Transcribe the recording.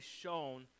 shown